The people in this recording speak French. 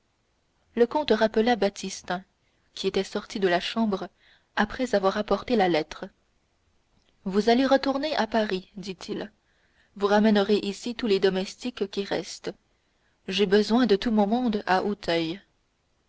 le comte rappela baptistin qui était sorti de la chambre après avoir apporté la lettre vous allez retourner à paris dit-il vous ramènerez ici tous les domestiques qui restent j'ai besoin de tout mon monde à